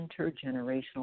intergenerational